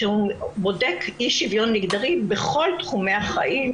שהוא בודק אי שוויון מגדרי בכל תחומי החיים,